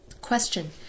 Question